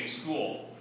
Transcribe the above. school